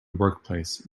workplace